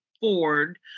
Ford